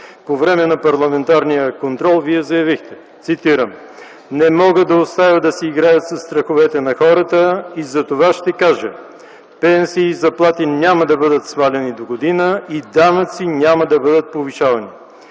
по време на парламентарния контрол Вие заявихте, цитирам: „Не мога да оставя да си играят със страховете на хората и затова ще кажа – пенсии и заплати няма да бъдат сваляни догодина и данъци няма да бъдат повишавани”.